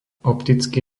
optický